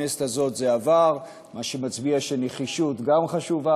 בכנסת הזאת זה עבר, מה שמצביע שנחישות גם חשובה.